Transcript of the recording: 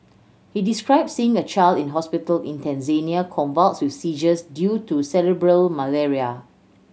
he described seeing a child in a hospital in Tanzania convulsed with seizures due to cerebral malaria